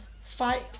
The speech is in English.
fight